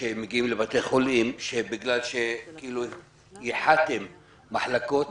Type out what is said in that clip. שמגיעים לבתי החולים שבגלל שייחדתם מחלקות